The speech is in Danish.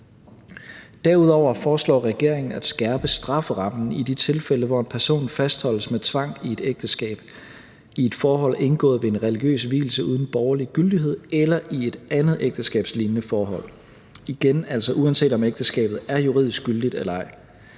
Derudover foreslår regeringen at skærpe strafferammen i de tilfælde, hvor en person fastholdes med tvang i et ægteskab, i et forhold indgået ved en religiøs vielse uden borgerlig gyldighed eller i et andet ægteskabslignende forhold – igen altså uanset om ægteskabet er juridisk gyldigt eller ej